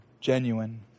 genuine